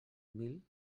mil